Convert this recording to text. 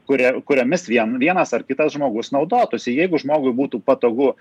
kuria kuriomis vien vienas ar kitas žmogus naudotųsi jeigu žmogui būtų patogu